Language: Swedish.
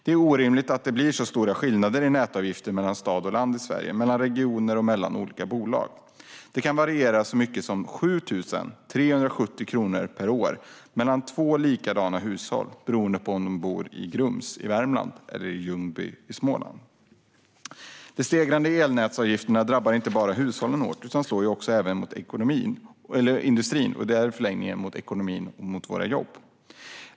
Det är orimligt att det blir så stora skillnader i nätavgifterna mellan stad och land i Sverige, mellan regioner och mellan olika bolag. Det kan variera så mycket som 7 370 kronor per år mellan likadana hushåll beroende på om man bor i Grums i Värmland eller Ljungby i Småland. Stegrande elnätsavgifter drabbar inte bara hushållen hårt utan slår även mot industrin och i förlängningen även mot ekonomin och våra jobb.